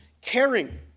caring